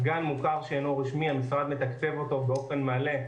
גם מוכר שאינו רשמי המשרד מתקצב אותו באופן מלא.